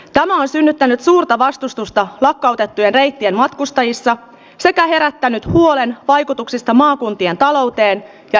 tämä on synnyttänyt suurta vastustusta ja kalken tiede ja matkustajista sitä herättänyt huolen vaikutuksista maakuntien talouteen ja